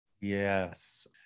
Yes